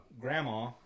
grandma